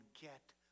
get